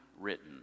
written